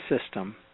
system